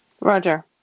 Roger